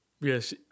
Yes